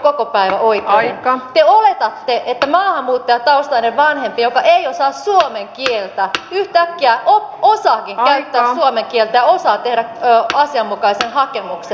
te oletatte että maahanmuuttajataustainen vanhempi joka ei osaa suomen kieltä yhtäkkiä osaakin käyttää suomen kieltä ja osaa tehdä asianmukaisen hakemuksen